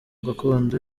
gakondo